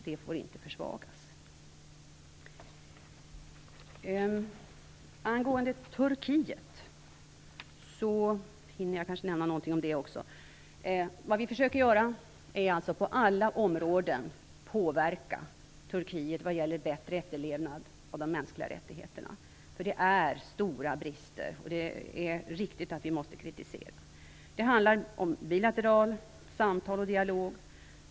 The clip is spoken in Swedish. Det får inte försvagas. Jag hinner kanske också nämna någonting angående Turkiet. Vad vi försöker göra är att på alla områden påverka Turkiet för att få bättre efterlevnad av de mänskliga rättigheterna. Det finns stora brister, och det är riktigt att vi måste kritisera detta. Det handlar bilaterala samtal och om bilateral dialog.